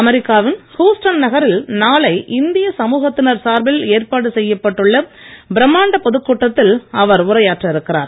அமெரிக்காவின் ஹுஸ்டன் நகரில் நாளை இந்திய சமுகத்தினர் சார்பில் ஏற்பாடு செய்யப்பட்டுள்ள பிரமாண்ட பொதுக்கூட்டத்தில் அவர் உரையாற்ற இருக்கிறார்